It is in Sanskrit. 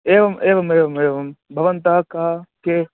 एवम् एवम् एवम् एवं भवन्तः का के